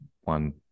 one